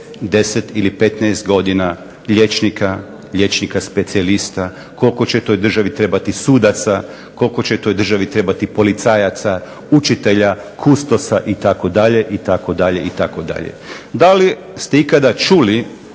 10 ili 15 godina liječnika, liječnika specijalista, koliko će toj državi trebati sudaca, koliko će toj državi trebati policajaca, učitelja, kustosa itd., itd., itd. Da li ste ikada čuli